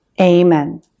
Amen